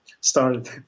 started